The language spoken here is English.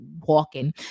walking